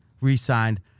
re-signed